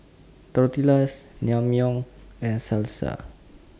Tortillas Naengmyeon and Salsa